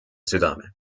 südame